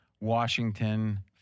Washington